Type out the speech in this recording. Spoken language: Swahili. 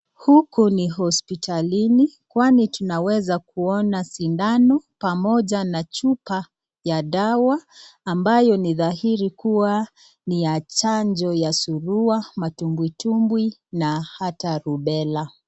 Huku ni hospitalini, kwani tunaweza kuona sindano pamoja na chupa ya dawa ambayo ni dhahiri kuwa ni ya chanjo ya surua, matumbwitumbwi, na hata rubela.